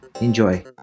Enjoy